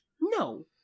No